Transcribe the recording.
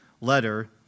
letter